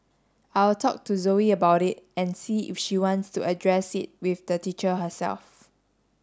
I'll talk to Zoe about it and see if she wants to address it with the teacher herself